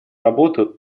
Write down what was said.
работу